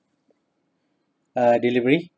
uh delivery